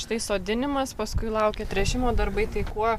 štai sodinimas paskui laukia tręšimo darbai tai kuo